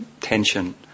tension